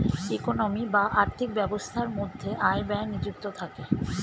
economy বা আর্থিক ব্যবস্থার মধ্যে আয় ব্যয় নিযুক্ত থাকে